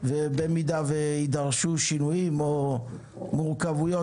ובמידה ויידרשו שינויים או מורכבויות